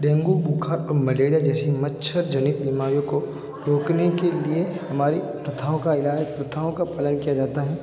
dengue बुख़ार और malaria जैसी मच्छर जनिक बीमारियों को रोकने के लिए हमारी प्रथाओं का इलाज प्रथाओं का पालन किया जाता है